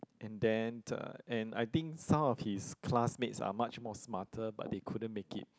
and then uh and I think some of his classmates are much more smarter but they couldn't make it